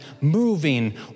moving